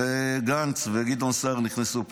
וגנץ וגדעון סער נכנסו פנימה.